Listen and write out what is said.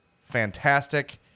fantastic